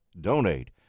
donate